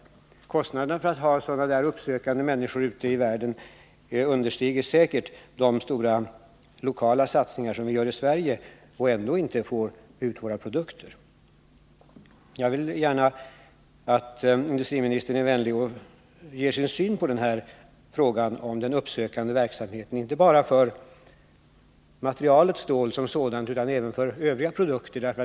Kostnaden för att ha sådana här uppsökande representanter ute i världen understiger säkert kostnaderna för de stora lokala satsningar som vi gör i Sverige — och ändå inte får ut våra produkter. Jag vill gärna att industriministern är vänlig och ger sin syn på frågan om uppsökande verksamhet, inte bara för stålmarknaden utan även för övriga produkter.